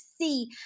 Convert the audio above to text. see